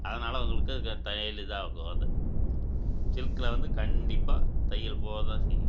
அதனால் உங்களுக்கு அதுக்கு தையல் இதாகும் அது சில்க்கில் வந்து கண்டிப்பாக தையல் போக தான் செய்யும்